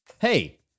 Hey